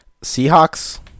Seahawks